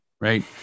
right